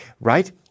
right